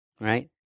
Right